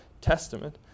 Testament